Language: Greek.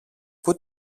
πού